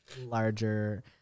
larger